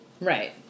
Right